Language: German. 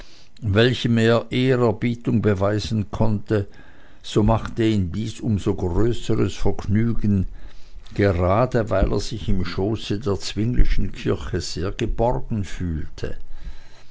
welchem er ehrerbietung beweisen konnte so machte ihm dies um so größeres vergnügen gerade weil er sich im schoße der zwinglischen kirche sehr geborgen fühlte